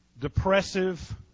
depressive